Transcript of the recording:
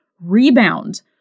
rebound